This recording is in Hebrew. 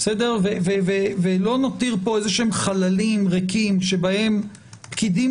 ולא נותיר פה חללים ריקים שבהם פקידים